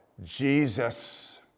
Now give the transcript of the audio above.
Jesus